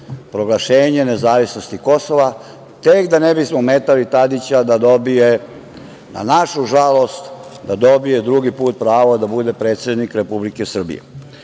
proglašenje nezavisnosti Kosova, a da ne bismo ometali Tadića da dobije, na našu žalost, drugi put pravo da bude predsednik Republike Srbije. Dame